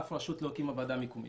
אף רשות לא הקימה ועדה מקומית.